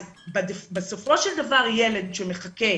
אז בסופו של דבר ילד שמחכה